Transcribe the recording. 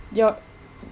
your